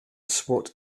swat